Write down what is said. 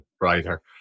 writer